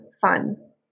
fun